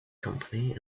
company